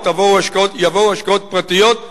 או יבואו השקעות פרטיות,